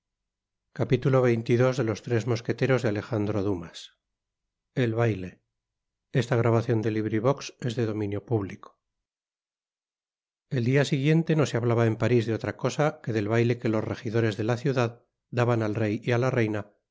el dia siguiente no se hablaba en parís de otra cosa que del baile que los señores regidores de la ciudad daban al rey y á la reina